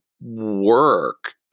work